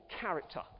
character